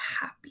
happy